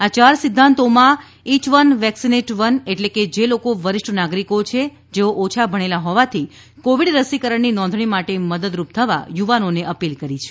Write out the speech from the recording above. આ ચાર સિદ્ધાંતોમાં ઇચ વન વેક્સિનેટ વન એટલે કે જે લોકો વરિષ્ઠ નાગરીકો છે જેઓ ઓછા ભણેલા હોવાથી કોવિડ રસીકરણની નોંધણી માટે મદદરૂપ થવા યુવાનોને અપીલ કરી છે